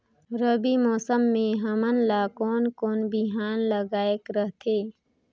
रबी मौसम मे हमन ला कोन कोन बिहान लगायेक रथे?